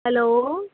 hello